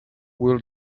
will